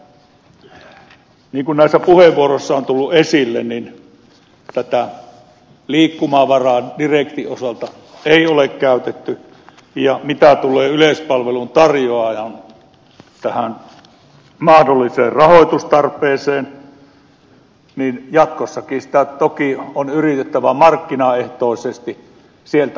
niin kuin näissä puheenvuoroissa on tullut esille tätä liikkumavaraa direktiivin osalta ei ole käytetty ja mitä tulee yleispalvelun tarjoajaan tähän mahdolliseen rahoitustarpeeseen niin jatkossakin sitä toki on yritettävä markkinaehtoisesti sieltä haalia